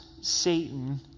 Satan